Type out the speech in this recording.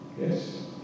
Yes